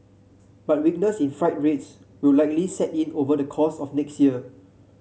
but weakness in freight rates will likely set in over the course of next year